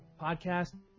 podcast